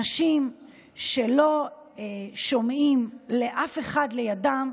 אנשים שלא שומעים לאף אחד לידם,